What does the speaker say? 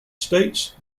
states